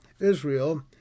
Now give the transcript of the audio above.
Israel